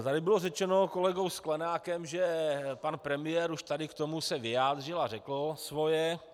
Tady bylo řečeno kolegou Sklenákem, že pan premiér už tady k tomu se vyjádřil a řekl svoje.